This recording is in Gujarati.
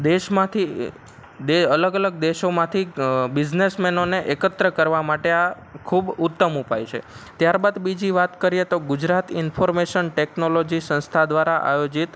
દેશમાંથી બે અલગ અલગ દેશોમાંથી બિઝનેસમેનોને એકત્ર કરવા માટે આ ખૂબ ઉત્તમ ઉપાય છે ત્યારબાદ બીજી વાત કરીએ તો ગુજરાત ઇન્ફોર્મેશન ટેકનોલોજી સંસ્થા દ્વારા આયોજિત